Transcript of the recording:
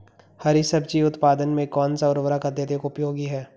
हरी सब्जी उत्पादन में कौन सा उर्वरक अत्यधिक उपयोगी है?